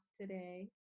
today